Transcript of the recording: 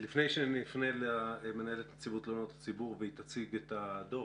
לפני שנפנה למנהלת נציבות תלונות הציבור שתציג את הדוח,